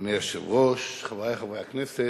אדוני היושב-ראש, חברי חברי הכנסת,